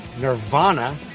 Nirvana